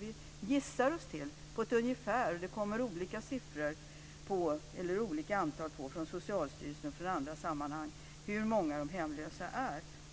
Vi gissar oss till det på ett ungefär, och det kommer olika siffror när det gäller hur många de hemlösa är från Socialstyrelsen och i andra sammanhang.